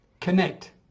connect